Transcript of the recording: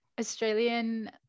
Australian